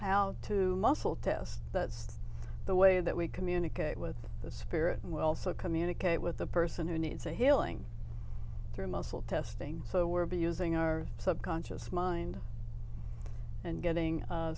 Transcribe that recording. how to muscle test that's the way that we communicate with the spirit and we also communicate with the person who needs a healing through muscle testing so we're be using our subconscious mind and getting